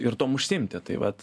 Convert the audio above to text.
ir tuom užsiimti tai vat